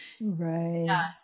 right